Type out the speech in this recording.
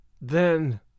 Then